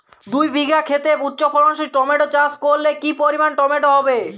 দুই বিঘা খেতে উচ্চফলনশীল টমেটো চাষ করলে কি পরিমাণ টমেটো হবে?